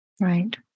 right